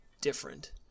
different